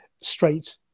straight